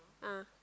ah